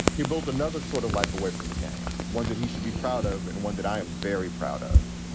he built another sort of life away from the game, one that he should be proud of and one that i am very proud of.